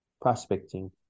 prospecting